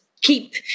keep